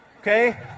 okay